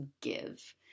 give